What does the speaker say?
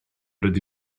rydyn